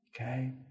Okay